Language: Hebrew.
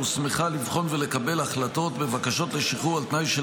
הוסמכה לבחון ולקבל החלטות בבקשות לשחרור על תנאי של